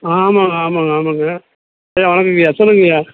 ஆ ஆமாங்க ஆமாங்க ஆமாங்க ஐயா வணக்கங்கய்யா சொல்லுங்கய்யா